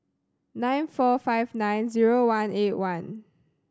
nine four five nine zero one eight one